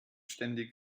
ständig